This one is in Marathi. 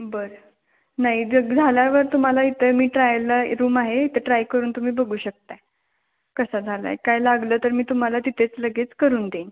बर नाही जस्ट झाल्यावर तुम्हाला इथं मी ट्रायलला रूम आहे इथे ट्राय करून तुम्ही बघू शकत आहे कसा झाला आहे काय लागलं तर मी तुम्हाला तिथेच लगेच करून देईन